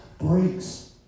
breaks